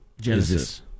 Genesis